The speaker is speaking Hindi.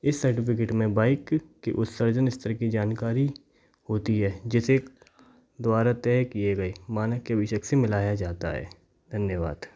इस सर्टिफिकेट में बाइक के उयसर्जन स्तर की जानकारी होती है जिसके द्वारा तय किए गए मानक के विशक से मिलाया जाता है धन्यवाद